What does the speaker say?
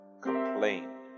complain